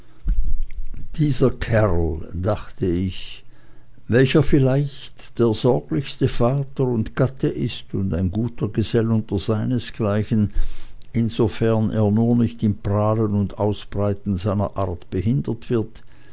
dieser kerl dachte ich welcher vielleicht der sorglichste vater und gatte ist und ein guter gesell unter seinesgleichen insofern er nur nicht im prahlen und ausbreiten seiner art behindert wird